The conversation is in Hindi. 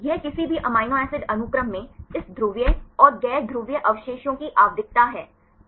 यह किसी भी एमिनो एसिड अनुक्रम में इस ध्रुवीय और गैर ध्रुवीय अवशेषों की आवधिकता है